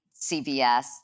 CBS